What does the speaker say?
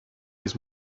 his